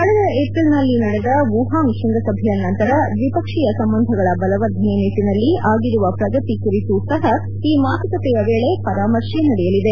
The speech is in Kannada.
ಕಳೆದ ಏಪ್ರಿಲ್ನಲ್ಲಿ ನಡೆದ ವುಹಾಂಗ್ ಕೃಂಗಸಭೆಯ ನಂತರ ದ್ವಿಪಕ್ಷೀಯ ಸಂಬಂಧಗಳ ಬಲವರ್ಧನೆ ನಿಟ್ಟನಲ್ಲಿ ಆಗಿರುವ ಪ್ರಗತಿ ಕುರಿತು ಸಪ ಈ ಮಾತುಕತೆಯ ವೇಳೆ ಪರಾಮರ್ಶೆ ನಡೆಯಲಿದೆ